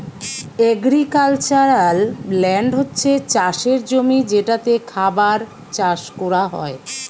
agricultural land হচ্ছে চাষের জমি যেটাতে খাবার চাষ কোরা হয়